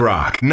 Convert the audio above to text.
Rock